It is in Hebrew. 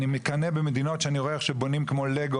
אני מקנא במדינות שאני רואה איך שבונים כמו לגו